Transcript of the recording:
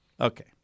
Okay